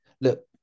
Look